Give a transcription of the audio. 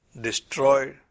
destroyed